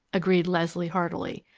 agreed leslie heartily.